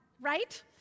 right